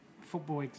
football